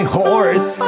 horse